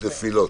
יש נפילות.